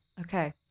Okay